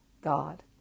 God